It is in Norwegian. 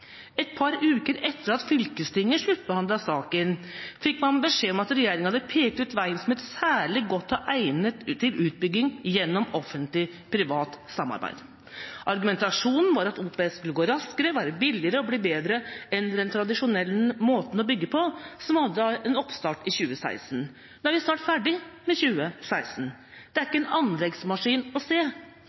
Et par uker etter at fylkestinget sluttbehandlet saken, fikk man beskjed om at regjeringa hadde pekt ut veien som særlig godt egnet til utbygging gjennom et offentlig–privat samarbeid. Argumentasjonen var at OPS skulle gå raskere, være billigere og bli bedre enn den tradisjonelle måten å bygge på – som hadde en oppstart i 2016. Nå er vi snart ferdig med 2016, det er ikke en anleggsmaskin å se.